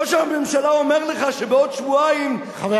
ראש הממשלה אומר לך שבעוד שבועיים,